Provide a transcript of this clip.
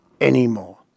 anymore